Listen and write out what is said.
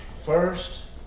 First